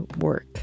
work